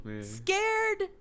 Scared